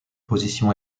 position